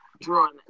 Drawing